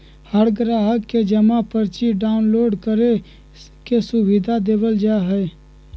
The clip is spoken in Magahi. हर ग्राहक के जमा पर्ची डाउनलोड करे के सुविधा देवल जा हई